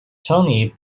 tony